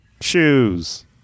Shoes